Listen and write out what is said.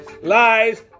lies